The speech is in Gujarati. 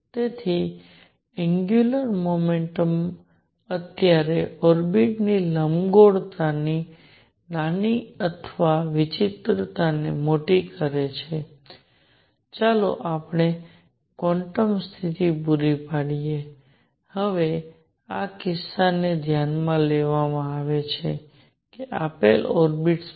તેથી એંગ્યુલર મોમેન્ટમ અત્યારે ઓર્બિટ્સ ની લંબગોળતા નાની અથવા વિચિત્રતાને મોટી કરે છે ચાલો આપણે ક્વોન્ટમ સ્થિતિ પૂરી પાડીએ હવે આ કિસ્સામાં ધ્યાનમાં આવે છે કે આપેલ ઓર્બિટ્સ માટે